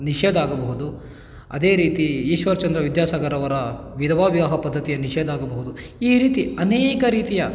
ನಿಷೇಧ ಆಗಬಹುದು ಅದೇ ರೀತಿ ಈಶ್ವರ್ ಚಂದ್ರ ವಿದ್ಯಾಸಾಗರವರ ವಿಧವಾ ವಿವಾಹ ಪದ್ಧತಿಯ ನಿಷೇಧ ಆಗಬಹುದು ಈ ರೀತಿ ಅನೇಕ ರೀತಿಯ